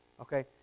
Okay